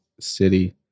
city